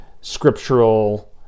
scriptural